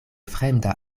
fremda